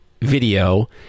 video